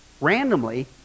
randomly